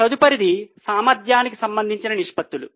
తదుపరిది సామర్థ్యానికి సంబంధించిన నిష్పత్తులు